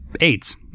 AIDS